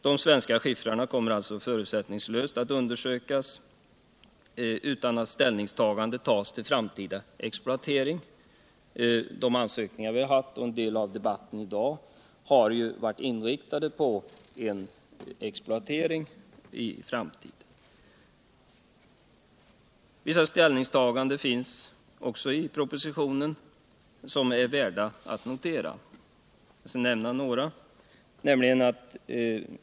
De svenska skiffrarna kommer alltså att förutsättningslöst undersökas utan något ställningstagande till framtida exploatering. De ansökningar som pjorts samt debatten i dag har ju varit inriktade på en exploatering av skiffern i framtiden. Vissa ställningstaganden finns emellertid i propositionen som är värda att notera. Jag skall nämna några.